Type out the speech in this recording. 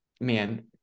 man